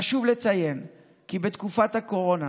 חשוב לציין כי בתקופת הקורונה